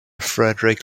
frederick